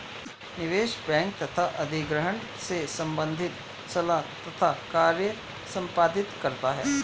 निवेश बैंक तथा अधिग्रहण से संबंधित सलाह तथा कार्य संपादित करता है